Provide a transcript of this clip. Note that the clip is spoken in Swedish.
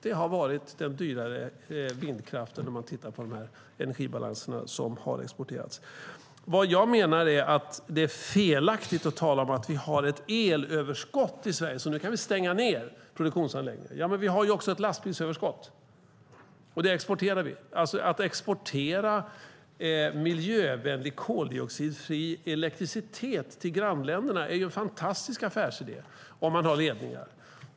Det har varit den dyrare vindkraften, om man tittar på energibalanserna, som har exporterats. Vad jag menar är att det är felaktigt att tala om att vi har ett elöverskott i Sverige och att vi nu kan stänga ned produktionsanläggningar. Men vi har även ett lastbilsöverskott, och det exporterar vi. Att exportera miljövänlig koldioxidfri elektricitet till grannländerna är en fantastisk affärsidé om man har ledningar.